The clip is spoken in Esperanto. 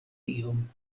iom